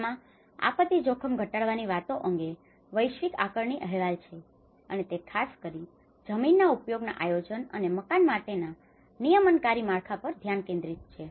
જેમાં આપત્તિ જોખમ ઘટાડવાની વાતો અંગે વૈશ્વિકઆકારણી અહેવાલ છે અને તે ખાસ કરીને જમીનના ઉપયોગના આયોજન અને મકાન માટેના નિયમનકારી માળખા પર ધ્યાન કેન્દ્રિત કરે છે